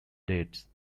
dates